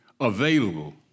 available